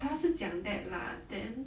他是讲 that lah then